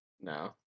No